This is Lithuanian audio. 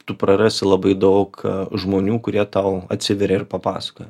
tu prarasi labai daug žmonių kurie tau atsiveria ir papasakoja